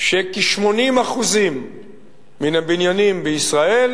שכ-80% מן הבניינים בישראל